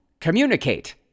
communicate